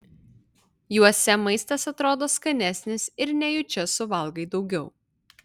juose maistas atrodo skanesnis ir nejučia suvalgai daugiau